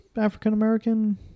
African-American